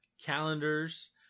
calendars